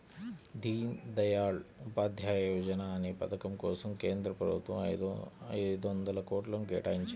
దీన్ దయాళ్ ఉపాధ్యాయ యోజనా అనే పథకం కోసం కేంద్ర ప్రభుత్వం ఐదొందల కోట్లను కేటాయించింది